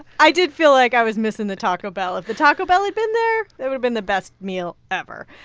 i did feel like i was missing the taco bell. if the taco bell had been there, it would've been the best meal ever.